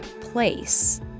place